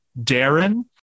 Darren